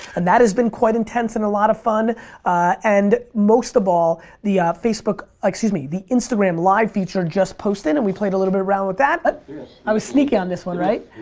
and that is been quite intense and a lot of fun and most of all the facebook, excuse me, the instagram live feature just posted and we played a little bit around with that. but i was sneaky on this one, right?